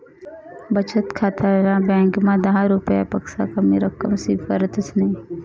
बचत खाताना ब्यांकमा दहा रुपयापक्सा कमी रक्कम स्वीकारतंस नयी